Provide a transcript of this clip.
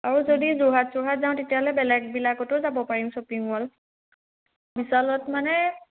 আৰু যদি যোৰহাট চোৰহাত যাওঁ তেতিয়াহ'লে বেলেগবিলাকতো যাব পাৰিম শ্বপিং মল বিশালত মানে